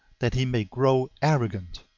that he may grow arrogant.